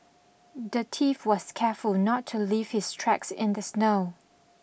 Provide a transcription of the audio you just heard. the thief was careful not to leave his tracks in the snow